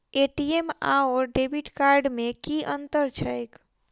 ATM आओर debit card मे की अंतर छैक?